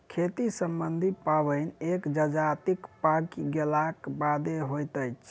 खेती सम्बन्धी पाबैन एक जजातिक पाकि गेलाक बादे होइत अछि